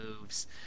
moves